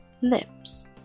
lips